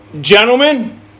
Gentlemen